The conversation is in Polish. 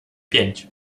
pięć